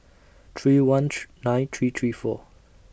three one three nine three three four